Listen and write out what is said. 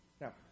Now